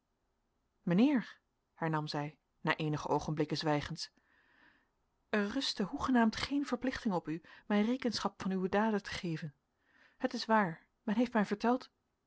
mijnheer hernam zij na eenige oogenblikken zwijgens er rustte hoegenaamd geen verplichting op u mij rekenschap van uwe daden te geven het is waar men heeft mij verteld